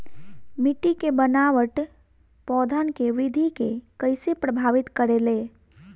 मिट्टी के बनावट पौधन के वृद्धि के कइसे प्रभावित करे ले?